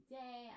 day